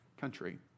country